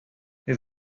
his